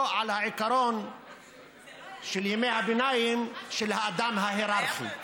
או על העיקרון של ימי הביניים של האדם ההייררכי?